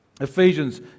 Ephesians